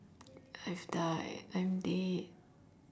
I've died I'm dead